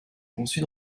conçus